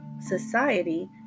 society